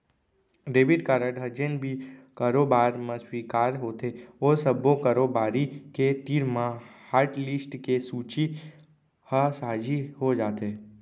debit card ह जेन भी कारोबार म स्वीकार होथे ओ सब्बो कारोबारी के तीर म हाटलिस्ट के सूची ह साझी हो जाथे